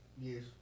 Yes